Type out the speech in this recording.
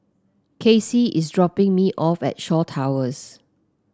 Kaci is dropping me off at Shaw Towers